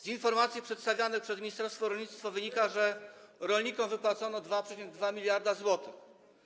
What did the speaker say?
Z informacji przedstawionych przez ministerstwo rolnictwa wynika, że rolnikom wypłacono 2,2 mld zł.